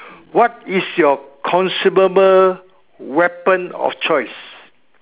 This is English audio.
what is your consumable weapon of choice